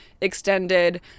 extended